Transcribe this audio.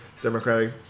Democratic